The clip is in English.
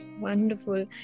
Wonderful